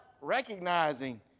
recognizing